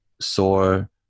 sore